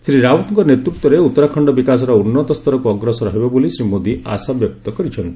ଶ୍ରୀ ରାଓ୍ୱତଙ୍କ ନେତୃତ୍ୱରେ ଉତ୍ତରାଖଣ୍ଡ ବିକାଶର ଉନ୍ନତ ସ୍ତରକୁ ଅଗ୍ରସର ହେବ ବୋଲି ଶ୍ୱୀ ମୋଦୀ ଆଶାବ୍ୟକ୍ତ କରିଛନ୍ତି